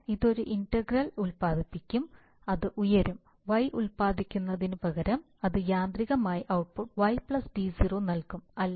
അതിനാൽ ഇത് ഒരു ഇന്റഗ്രൽ ഉൽപാദിപ്പിക്കും അത് ഉയരും y ഉൽപാദിപ്പിക്കുന്നതിനുപകരം അത് യാന്ത്രികമായി ഔട്ട്പുട്ട് y d0 നൽകും